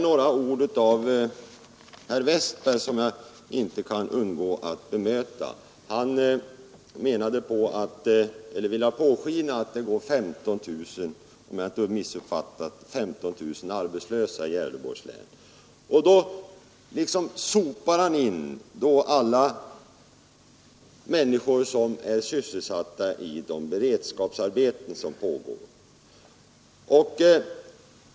Några ord av herr Westberg i Ljusdal kan jag emellertid inte underlåta att bemöta. Han ville låta påskina — om jag inte har missuppfattat honom — att det finns 15 000 arbetslösa i Gävleborgs län. Då liksom sopar han in alla människor som är sysselsatta i de beredskapsarbeten som pågår.